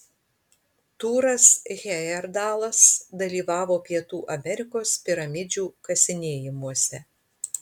tūras hejerdalas dalyvavo pietų amerikos piramidžių kasinėjimuose